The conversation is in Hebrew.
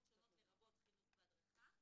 לרבות חינוך והדרכה,